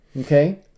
okay